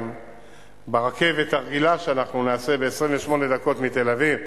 ברכבת הרגילה שאנחנו נעשה ב-28 דקות מתל-אביב,